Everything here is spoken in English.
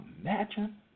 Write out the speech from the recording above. imagine